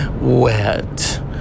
Wet